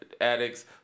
addicts